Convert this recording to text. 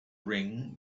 ring